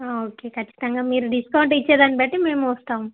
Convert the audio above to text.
okay ఖచ్చితంగా మీరు discount ఇచ్చే దాన్ని బట్టి మేము వస్తాం